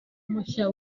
mushya